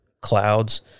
clouds